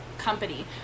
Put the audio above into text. company